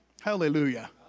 Hallelujah